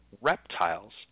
reptiles